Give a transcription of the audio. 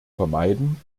vermeiden